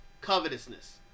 covetousness